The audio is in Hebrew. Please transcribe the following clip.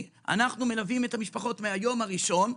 אנחנו מלווים את המשפחות מהיום הראשון,